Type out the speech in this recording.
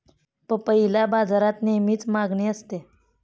पपईला बाजारात नेहमीच मागणी असते